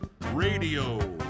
radio